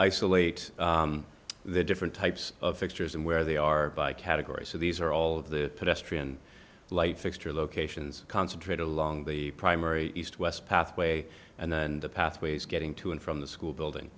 isolate the different types of fixtures and where they are by category so these are all of the press tree and light fixture locations concentrate along the primary east west pathway and then the pathways getting to and from the school building